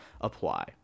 apply